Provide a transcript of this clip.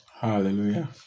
Hallelujah